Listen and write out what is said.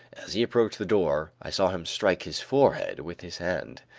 as he approached the door, i saw him strike his forehead with his hand.